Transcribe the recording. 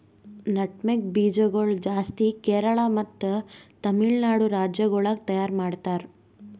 nutmeg ಬೀಜ ಗೊಳ್ ಜಾಸ್ತಿ ಕೇರಳ ಮತ್ತ ತಮಿಳುನಾಡು ರಾಜ್ಯ ಗೊಳ್ದಾಗ್ ತೈಯಾರ್ ಮಾಡ್ತಾರ್